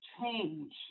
change